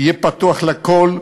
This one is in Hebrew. יהיה פתוח לכול: